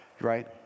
right